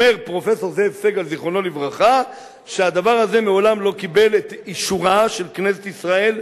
פרופסור זאב סגל ז"ל שהדבר הזה מעולם לא קיבל את אישורה של כנסת ישראל.